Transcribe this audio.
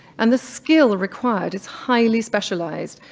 and the skill required is highly specialized,